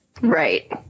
right